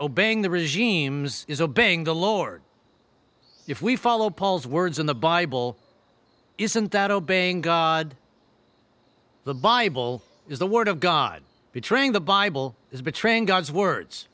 obeying the regimes is obeying the lord if we follow paul's words in the bible isn't that obeying god the bible is the word of god betraying the bible is betraying god's words